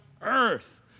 earth